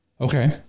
Okay